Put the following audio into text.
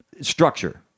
structure